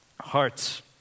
Hearts